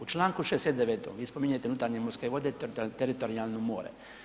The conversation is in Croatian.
U čl. 69. vi spominjete unutarnje morske vode, teritorijalno more.